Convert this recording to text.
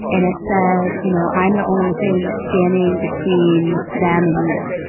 and it said, you know, i'm the only thing that's standing between them and you,